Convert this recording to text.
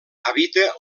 habita